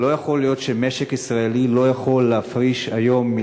לא יכול להיות שהמשק הישראלי לא יכול להפריש היום 1 1.5